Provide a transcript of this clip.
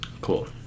Cool